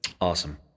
Awesome